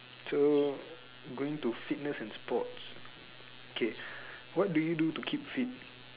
so going to fitness and sports okay what do you do to keep fit